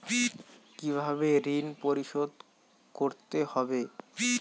কিভাবে ঋণ পরিশোধ করতে হবে?